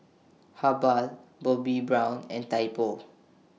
Habhal Bobbi Brown and Typo